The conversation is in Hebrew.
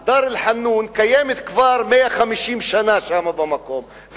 אז דאר-אל-חנון קיימת כבר 150 שנה שם במקום,